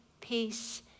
peace